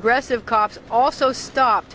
aggressive cops also stopped